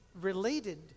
Related